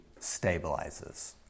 stabilizes